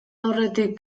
aurretik